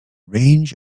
range